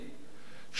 שלא שועים,